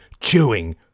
chewing